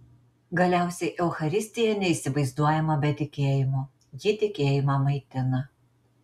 galiausiai eucharistija neįsivaizduojama be tikėjimo ji tikėjimą maitina